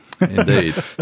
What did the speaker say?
Indeed